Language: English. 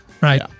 Right